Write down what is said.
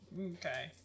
Okay